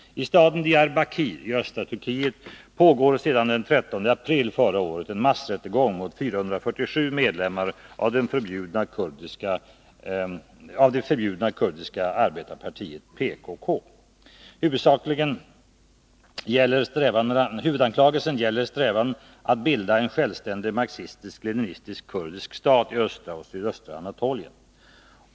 I staden Diyarbakir i östra Turkiet pågår sedan den 13 april förra året en massrättegång mot 447 medlemmar av det förbjudna kurdiska arbetarpartiet PKK . Huvudanklagelsen gäller strävanden att bilda en självständig marxist-leninistisk kurdisk stat i östra och sydöstra Anatolien.